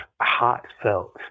heartfelt